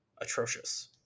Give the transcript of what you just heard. Atrocious